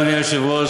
אדוני היושב-ראש,